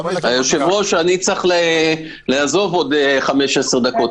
היושב-ראש, אני צריך לעזוב בעוד חמש-עשר דקות.